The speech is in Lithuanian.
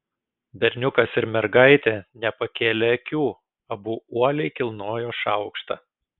berniukas ir mergaitė nepakėlė akių abu uoliai kilnojo šaukštą